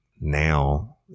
Now